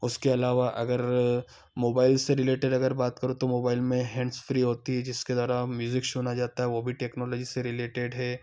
उसके अलावा अगर मोबाइल से रिलेटेड अगर बात करूँ तो मोबाइल में हैंड्स फ्री होती है जिसके द्वारा म्यूज़िक सुना जाता है वो भी टेक्नोलॉजी से रिलेटेड है